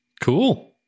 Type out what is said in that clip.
Cool